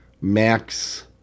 Max